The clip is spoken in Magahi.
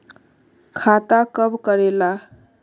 खाता कब करेला?